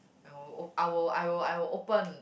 and will o~ I will I will I will open